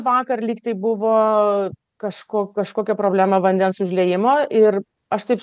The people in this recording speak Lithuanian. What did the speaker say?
vakar lyg tai buvo kažko kažkokia problema vandens užliejimo ir aš taip